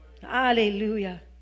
Hallelujah